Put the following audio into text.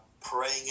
praying